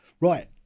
Right